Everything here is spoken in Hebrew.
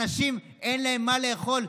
אנשים, אין להם מה לאכול.